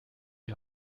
die